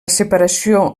separació